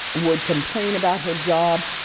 would complain about her job.